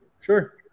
sure